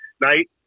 night